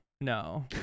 no